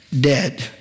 dead